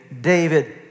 David